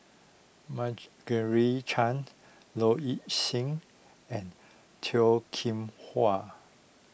Margaret Chan Low Ing Sing and Toh Kim Hwa